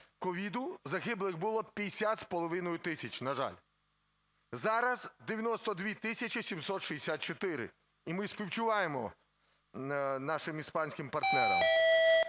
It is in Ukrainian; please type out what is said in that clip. COVID, загиблих було 50,5 тисяч, на жаль, зараз 92 тисячі 764, і ми співчуваємо нашим іспанським партнерам.